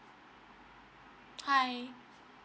hi